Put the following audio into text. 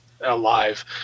alive